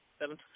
Seven